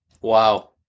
Wow